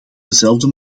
dezelfde